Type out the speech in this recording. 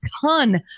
ton